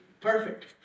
perfect